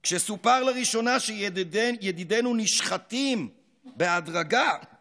/ כשסופר לראשונה שידידינו נשחטים בהדרגה /